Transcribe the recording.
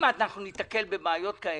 אם אנחנו ניתקל בבעיות כאלה,